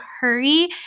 hurry